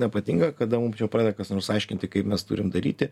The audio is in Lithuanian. nepatinka kada mum pradeda kas nors aiškinti kaip mes turim daryti